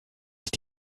ist